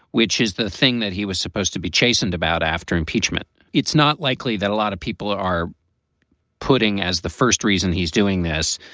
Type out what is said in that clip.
which is the thing that he was supposed to be chastened about after impeachment. it's not likely that a lot of people are putting as the first reason he's doing this.